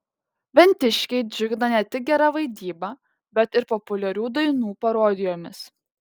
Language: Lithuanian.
ventiškiai džiugina ne tik gera vaidyba bet ir populiarių dainų parodijomis